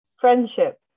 Friendship